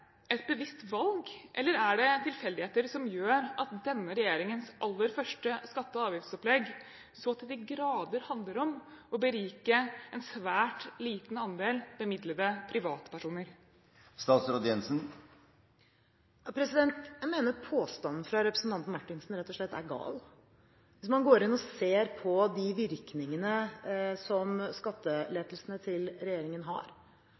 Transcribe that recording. et bevisst valg, eller er det tilfeldigheter som gjør at denne regjeringens aller første skatte- og avgiftsopplegg så til de grader handler om å berike en svært liten andel bemidlede privatpersoner? Jeg mener påstanden fra representanten Marthinsen rett og slett er gal. Hvis man går inn og ser på virkningene som skattelettelsene til regjeringen har,